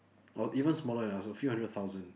or even smaller than us a few hundred thousand